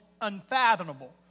unfathomable